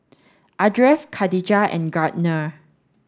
Ardeth Kadijah and Gardner